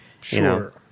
Sure